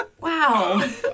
wow